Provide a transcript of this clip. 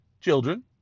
children